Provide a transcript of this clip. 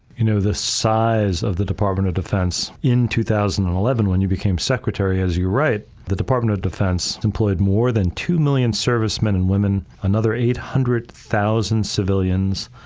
you know the size of the department of defense in two thousand and eleven. when you became secretary, as you write, department of defense employed more than two million servicemen and women, another eight hundred thousand civilians,